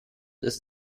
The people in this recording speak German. ist